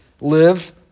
live